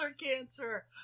cancer